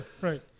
Right